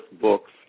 Books